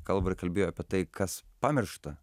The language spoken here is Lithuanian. kalba ir kalbėjo apie tai kas pamiršta